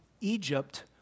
Egypt